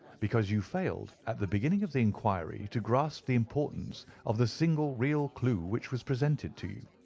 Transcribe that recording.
because you failed at the beginning of the inquiry to grasp the importance of the single real clue which was presented to you.